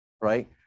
right